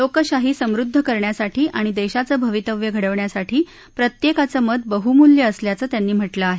लोकशाही समुद्ध करण्यासाठी आणि देशाचं भवितव्य घडवण्यासाठी प्रत्येकाचं मत बहुमूल्य असल्याचं त्यांनी म्हटलं आहे